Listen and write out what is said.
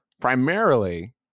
primarily